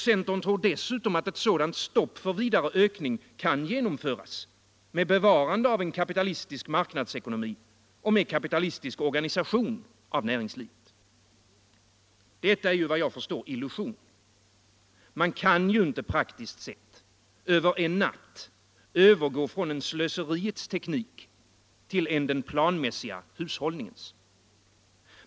Centern tror dessutom att ett sådant stopp för vidare ökning kan genomföras med bevarande av en kapitalistisk marknadsekonomi och med kapitalistisk organisation av näringslivet. Detta är vad jag förstår en illusion. Man kan inte, praktiskt sett, över en natt övergå från en slöseriets teknik till en den planmässiga hushållningens.